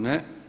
Ne.